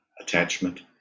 attachment